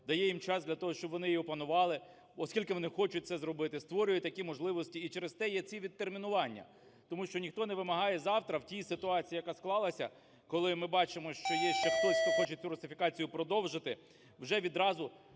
дає їм час для того, щоб вони її опанували, оскільки вони хочуть це зробити, створює такі можливості. І через те є ці відтермінування. Тому що ніхто не вимагає завтра в тій ситуації, яка склалася, коли ми бачимо, що є ще хтось, хто хоче цю русифікацію продовжити, вже відразу